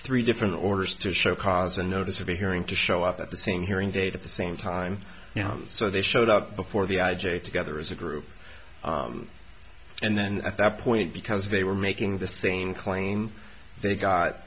three different orders to show cause a notice of a hearing to show up at the same hearing date at the same time so they showed up before the i j a together as a group and then at that point because they were making the same claim they